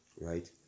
right